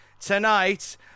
tonight